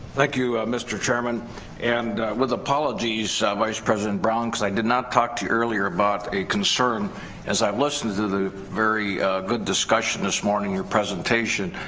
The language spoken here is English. thank you mr. chairman and with apologies ah vice president brown because i did not talk to you earlier about a concern as i listened to to the very good discussion this morning. your presentation,